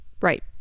Right